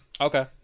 Okay